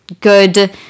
good